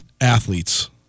athletes